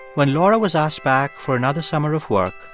when laura was asked back for another summer of work,